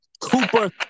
Cooper